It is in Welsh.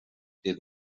dydd